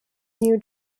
new